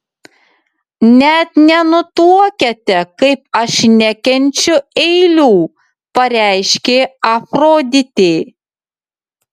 net nenutuokiate kaip aš nekenčiu eilių pareiškė afroditė